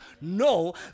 No